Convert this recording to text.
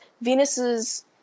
Venus's